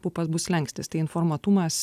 pupas bus slenkstis tai informatumas